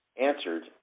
answered